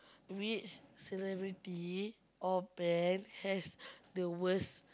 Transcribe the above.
which celebrity or band has the worst